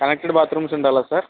connected bathrooms ఉండాలా sir